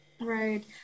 Right